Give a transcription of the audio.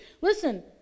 Listen